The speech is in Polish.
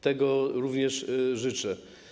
Tego również życzę.